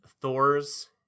Thors